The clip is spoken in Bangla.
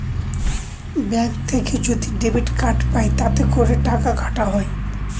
ব্যাঙ্ক থেকে যদি ডেবিট কার্ড পাই তাতে করে টাকা কাটা হয়